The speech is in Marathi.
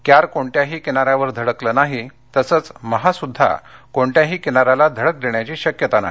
क्यार कोणत्याही किनाऱ्यावर धडकलं नाही तसं महा सुद्धा कोणत्याही किनाऱ्याला धडक देण्याची शक्यता नाही